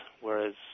whereas